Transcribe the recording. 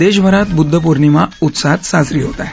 देशभरात बुद्ध पौर्णिमा उत्साहात साजरी होत आहे